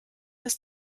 ist